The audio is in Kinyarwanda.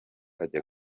ajya